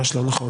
ממש לא נכון.